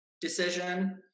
decision